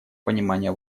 понимания